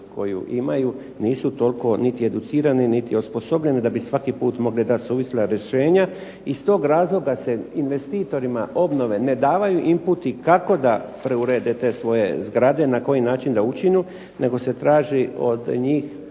koji imaju nisu toliko niti educirani niti osposobljeni da bi svaki put mogli dati suvisla rješenja, iz tog razloga se investitorima obnove ne davaju imputi kako da preurede te svoje zgrade, na koji način da učinu, nego se traži od njih